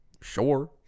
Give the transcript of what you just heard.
sure